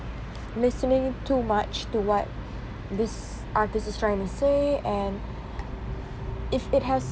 listening too much to what this artist is trying to say and if it has